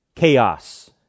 Chaos